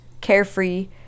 carefree